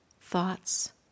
thoughts